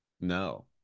No